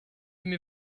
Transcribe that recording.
aimez